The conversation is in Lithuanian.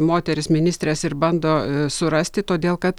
moteris ministres ir bando surasti todėl kad